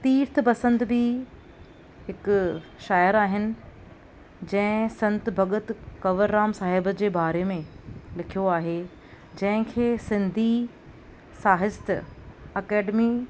तीर्थ बसंत बि हिकु शाइरु आहिनि जंहिं संत भॻति कंवर राम साहिब जे बारे में लिखियो आहे जंहिंखे सिंधी साहित्य अकैडमी